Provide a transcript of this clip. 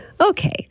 Okay